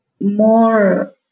more